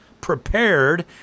prepared